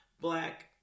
black